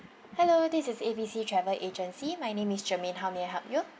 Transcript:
hello this is A B C travel agency my name is germaine how may I help you